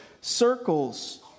circles